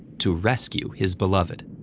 to rescue his beloved.